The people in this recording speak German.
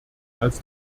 als